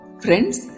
Friends